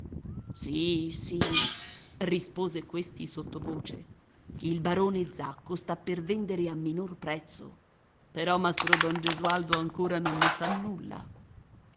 sì sì rispose questi sottovoce il barone zacco sta per vendere a minor prezzo però mastro don gesualdo ancora non ne sa nulla